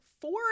four